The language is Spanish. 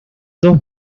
dos